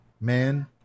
man